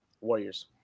Warriors